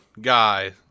guy